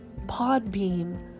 Podbeam